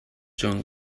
young